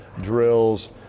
drills